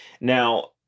Now